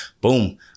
boom